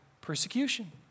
persecution